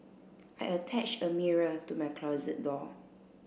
I attached a mirror to my closet door